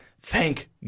Thank